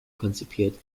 konzipiert